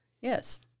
Yes